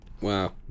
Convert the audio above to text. Wow